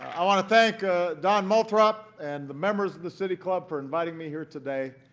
i want to thank ah don moulthrop and the members of the city club for inviting me here today.